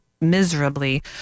miserably